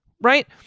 right